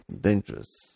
dangerous